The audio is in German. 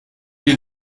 die